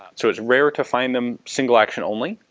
so it's rare to find them single action only,